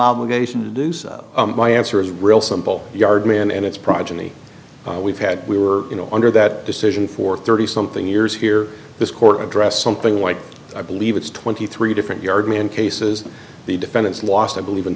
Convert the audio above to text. obligation to do so my answer is real simple yard man and it's progeny we've had we were under that decision for thirty something years here this court addressed something like i believe it's twenty three different yard man cases the defendants lost i believe in